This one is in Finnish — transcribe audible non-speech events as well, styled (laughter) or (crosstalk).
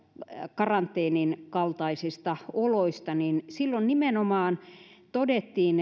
karanteenin kaltaisista oloista silloin nimenomaan todettiin (unintelligible)